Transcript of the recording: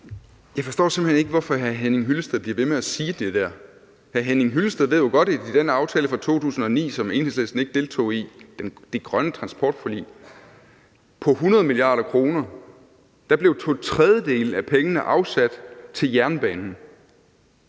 Jeg forstår simpelt hen ikke, hvorfor hr. Henning Hyllested bliver ved med at sige det der. Hr. Henning Hyllested ved jo godt, at i den aftale fra 2009, som Enhedslisten ikke deltog i, det grønne transportforlig på 100 mia. kr., blev to tredjedele af pengene afsat til jernbanen.